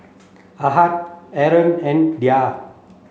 Ahad Aaron and Dhia